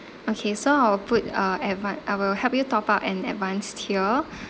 okay so I will put uh advan~ I will help you top up an advance tier